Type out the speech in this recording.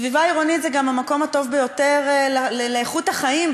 סביבה עירונית זה גם המקום הטוב ביותר באיכות חיים,